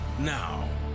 Now